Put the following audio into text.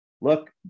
look